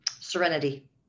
Serenity